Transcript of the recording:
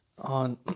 On